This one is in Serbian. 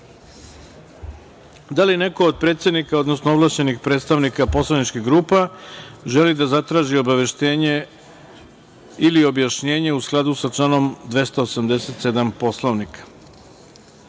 li neko od predsednika, odnosno ovlašćenih predstavnika poslaničkih grupa, želi da zatraži obaveštenje ili objašnjenje u skladu sa članom 287. Poslovnika? Prijavio